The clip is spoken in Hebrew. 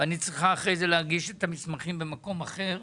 והיא צריכה אחר כך להגיש את המסמכים במקום אחר.